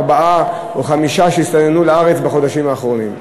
ארבעה או חמישה שהסתננו לארץ בחודשים האחרונים.